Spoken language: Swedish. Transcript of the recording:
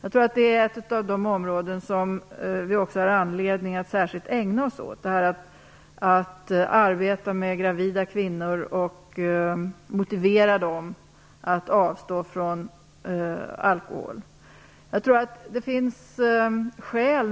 Att arbeta med gravida kvinnor och att motivera dem att avstå från alkohol är ett av de områden som jag tror att vi har anledning att särskilt ägna oss åt.